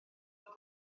nhw